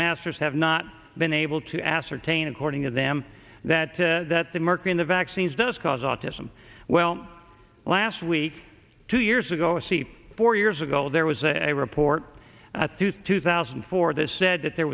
masters have not been able to ascertain according to them that that the mercury in the vaccines does cause autism well last week two years ago a c four years ago there was a report through two thousand and four this said that there